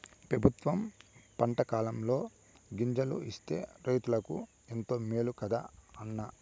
పెబుత్వం పంటకాలంలో గింజలు ఇస్తే రైతులకు ఎంతో మేలు కదా అన్న